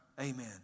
Amen